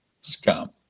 scum